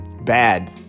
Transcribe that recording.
bad